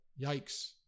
yikes